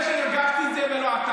אני זה שהרגשתי את זה ולא אתה.